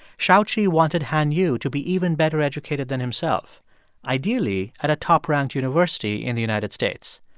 xiao-qi wanted han yu to be even better educated than himself ideally, at a top-ranked university in the united states.